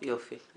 כן.